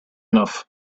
enough